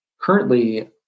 currently